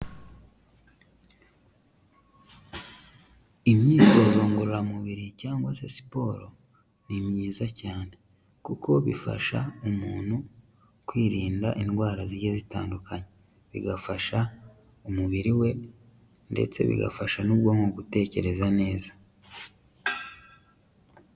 Imyitozo ngororamubiri cyangwa se siporo ni myiza cyane, kuko bifasha umuntu kwirinda indwara zigiye zitandukanye, bigafasha umubiri we ndetse bigafasha n'ubwonko gutekereza neza.